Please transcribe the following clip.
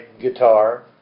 guitar